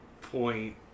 point